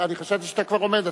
חשבתי שאתה כבר עומד.